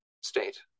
state